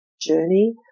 journey